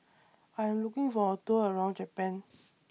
I Am looking For A Tour around Japan